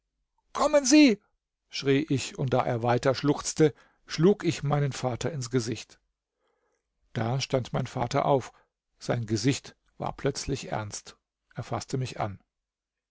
kommen sie schrie ich und da er weiter schluchzte schlug ich meinen vater ins gesicht da stand mein vater auf sein gesicht war plötzlich ernst er faßte mich an